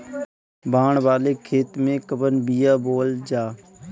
बाड़ वाले खेते मे कवन बिया बोआल जा?